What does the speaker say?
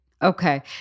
Okay